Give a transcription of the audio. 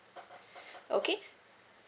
okay